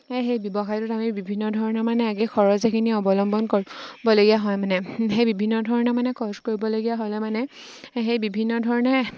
সেই ব্যৱসায়টোত আমি বিভিন্ন ধৰণৰ মানে আগে খৰচ এখিনি অৱলম্বন কৰিবলগীয়া হয় মানে সেই বিভিন্ন ধৰণৰ মানে খৰচ কৰিবলগীয়া হ'লে মানে সেই বিভিন্ন ধৰণে